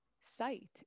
sight